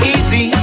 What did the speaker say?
Easy